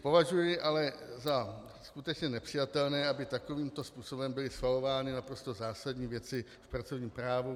Považuji ale za skutečně nepřijatelné, aby takovýmto způsobem byly schvalovány naprosto zásadní věci v pracovním právu.